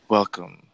Welcome